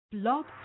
Blog